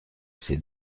ses